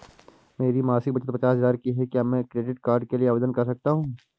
मेरी मासिक बचत पचास हजार की है क्या मैं क्रेडिट कार्ड के लिए आवेदन कर सकता हूँ?